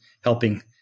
helping